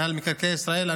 לרשות מקרקעי ישראל,